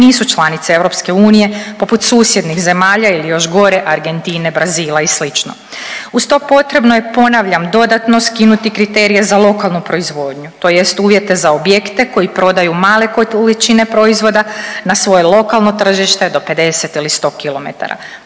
nisu članice EU poput susjednih zemalja ili još gore Argentine, Brazila i slično. Uz to potrebno je ponavljam dodatno skinuti kriterije za lokalnu proizvodnju, tj. uvjete za objekte koji prodaju male količine proizvoda na svoje lokalno tržište do 50 ili 100 km.